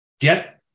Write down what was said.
get